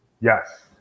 Yes